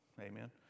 amen